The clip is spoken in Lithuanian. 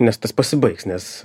nes tas pasibaigs nes